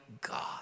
God